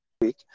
week